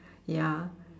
ya